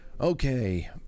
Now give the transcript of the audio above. Okay